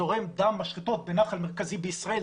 זורם דם משחטות בנחל מרכזי בישראל,